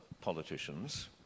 politicians